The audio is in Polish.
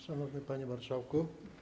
Szanowny Panie Marszałku!